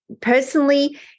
personally